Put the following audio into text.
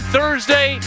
Thursday